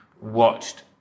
watched